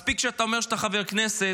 מספיק שאתה אומר שאתה חבר כנסת,